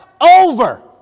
over